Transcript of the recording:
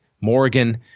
Morgan